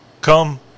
Come